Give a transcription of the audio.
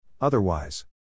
otherwise